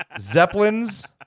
zeppelins